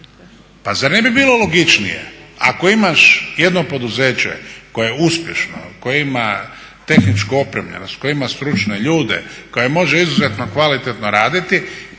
Pa zar ne bi bilo logičnije ako imaš jedno poduzeće koje je uspješno, koje imat tehničku opremljenost, koje ima stručne ljude, koje može izuzetno kvalitetno raditi